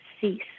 cease